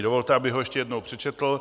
Dovolte, abych ho ještě jednou přečetl.